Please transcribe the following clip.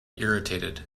irritated